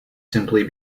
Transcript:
simply